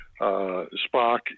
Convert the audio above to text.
Spock